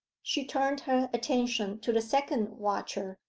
she turned her attention to the second watcher,